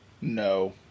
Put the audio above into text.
No